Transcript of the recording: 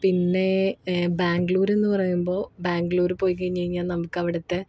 പിന്നേ ബാംഗ്ലൂരെന്നു പറയുമ്പോള് ബാംഗ്ലൂര് പോയിക്കഴിഞ്ഞുകഴിഞ്ഞാല് നമുക്ക് അവിടത്തെ